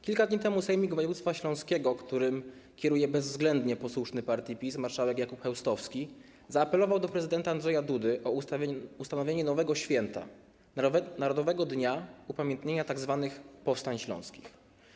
Kilka dni temu Sejmik Województwa Śląskiego, którym kieruje bezwzględnie posłuszny partii PiS marszałek Jakub Chełstowski, zaapelował do prezydenta Andrzeja Dudy o ustanowienie nowego święta: narodowego dnia upamiętnienia tzw. powstań śląskich.